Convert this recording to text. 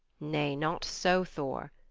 nay, not so, thor,